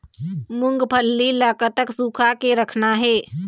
मूंगफली ला कतक सूखा के रखना हे?